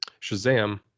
Shazam